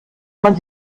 man